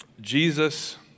Jesus